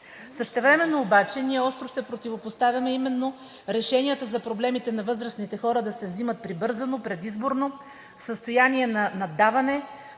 Същевременно обаче ние остро се противопоставяме именно решенията за проблемите на възрастните хора да се взимат прибързано, предизборно, в състояние на наддаване